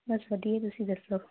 ਬਸ ਵਧੀਆ ਤੁਸੀਂ ਦੱਸੋ